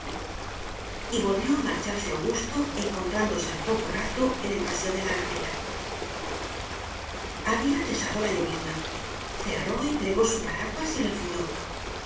y volvió a marcharse augusto encontrándose al poco rato en el paseo de la alameda había cesado la llovizna cerró y plegó su paraguas y lo enfundó